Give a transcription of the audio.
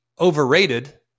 overrated